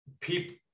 people